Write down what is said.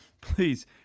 please